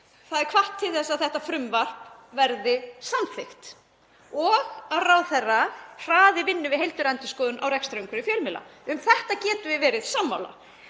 það er hvatt til þess að þetta frumvarp verði samþykkt og að ráðherra hraði vinnu við heildarendurskoðun á rekstrarumhverfi fjölmiðla. Um þetta getum við verið sammála.